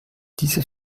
dieser